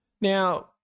Now